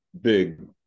big